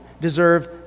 deserve